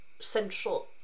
Central